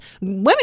women